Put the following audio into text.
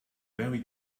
very